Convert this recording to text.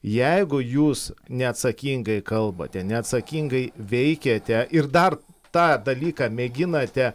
jeigu jūs neatsakingai kalbate neatsakingai veikiate ir dar tą dalyką mėginate